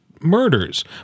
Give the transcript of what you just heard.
murders